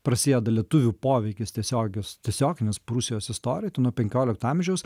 prasijeda lietuvių poveikis tiesiogis tiesioginis prūsijos istorijoj tai nuo penkiolikto amžiaus